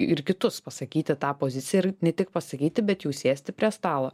ir kitus pasakyti tą poziciją ir ne tik pasakyti bet jau sėsti prie stalo